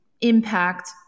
impact